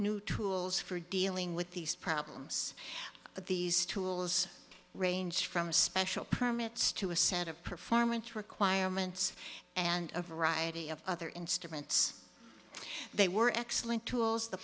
new tools for dealing with these problems but these tools range from special permits to a set of performance requirements and a variety of other instruments they were excellent t